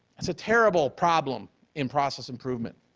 that's a terrible problem in process improvement.